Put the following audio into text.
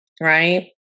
Right